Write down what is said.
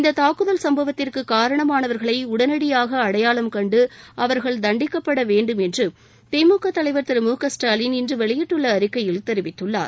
இந்த தாக்குதல் சம்பவத்திற்கு காரணமானவர்களை உடனடியாக அடையாளம் கண்டு அவர்கள் தண்டிக்கப்பட வேண்டும் என்று திமுக தலைவர் திரு மு க ஸ்டாலின் இன்று வெளியிட்டுள்ள அறிக்கையில் தெரிவித்துள்ளார்